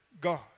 God